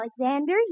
Alexander